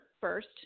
first